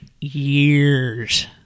years